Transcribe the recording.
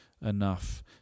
enough